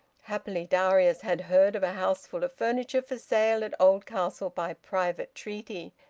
happily darius had heard of a houseful of furniture for sale at oldcastle by private treaty,